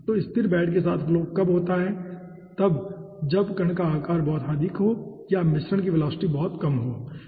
तो स्थिर बेड के साथ फ्लो तब होता है जब कण का आकार बहुत अधिक हो या मिश्रण की वेलोसिटी बहुत कम हो ठीक है